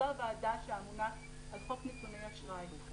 זו הוועדה שאמונה על חוק נתוני אשראי.